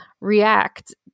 react